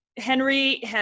Henry